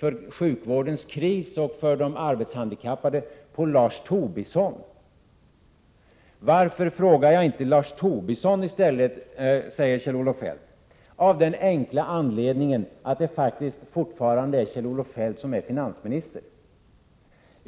när det gäller sjukvårdens kris och för de arbetshandikappade på Lars Tobisson. Kjell-Olof Feldt undrade varför jag inte frågade Lars Tobisson i stället. Jag gjorde det inte av den enkla anledningen att det faktiskt fortfarande är Kjell-Olof Feldt som är finansminister.